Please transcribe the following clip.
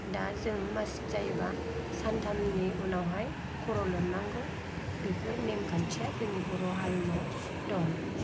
दा जों मार्सिक जायोब्ला सानथामनि उननावहाय खर' लोबनांगौ बेफोर नेम खान्थिआ जोंनि बर' हारिमुआव दं